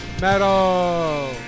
Metal